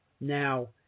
Now